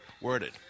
worded